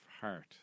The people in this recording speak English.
heart